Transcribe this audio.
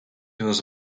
was